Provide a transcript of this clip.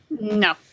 No